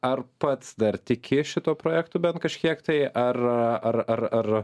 ar pats dar tiki šituo projektu bent kažkiek tai ar ar ar ar